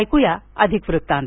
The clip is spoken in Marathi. ऐकुया अधिक वृत्तांत